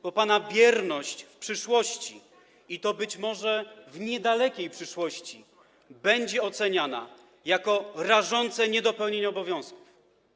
Bo pana bierność w przyszłości, i to być może w niedalekiej przyszłości, będzie oceniana jako rażące niedopełnienie obowiązków.